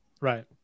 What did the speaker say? Right